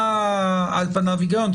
היה על פניו הגיון,